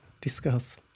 discuss